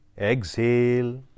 Exhale